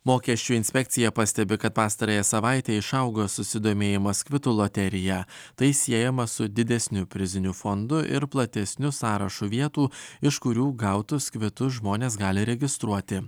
mokesčių inspekcija pastebi kad pastarąją savaitę išaugo susidomėjimas kvitų loterija tai siejama su didesniu priziniu fondu ir platesniu sąrašu vietų iš kurių gautus kvitus žmonės gali registruoti